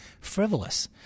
frivolous